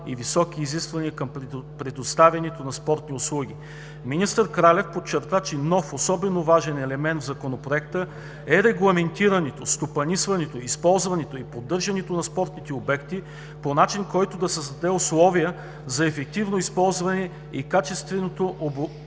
и високи изисквания към предоставянето на спортни услуги. Министър Кралев подчерта, че нов, особено важен елемент в Законопроекта е регламентиране стопанисването, използването и поддържането на спортните обекти по начин, който да създаде условия за ефективното използване и качественото обновяване